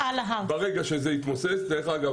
ברגע שזה התמוסס -- דרך אגב,